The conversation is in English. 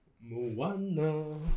Moana